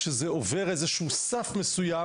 פוגשים בזה כאשר זה עובר איזה שהוא סף מסוים.